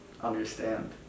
understand